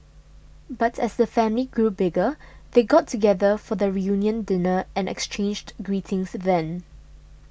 but as the family grew bigger they got together for the reunion dinner and exchanged greetings then